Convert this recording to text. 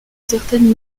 certaines